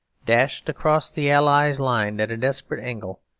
dashed across the allies' line at a desperate angle,